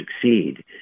succeed